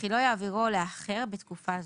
וכי לא יעבירו לאחר בתקופה זו.